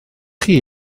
chi